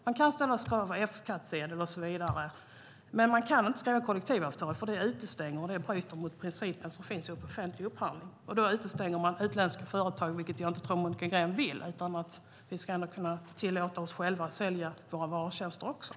Det går att ställa krav på F-skattsedel och så vidare, men det går inte att ställa krav på kollektivavtal eftersom de bryter mot principen om offentlig upphandling. Då utestängs utländska företag, vilket jag inte tror att Monica Green vill. Vi ska ändå kunna tillåta oss själva att sälja våra varor och tjänster.